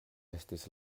estis